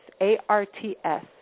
A-R-T-S